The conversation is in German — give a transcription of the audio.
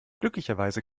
glücklicherweise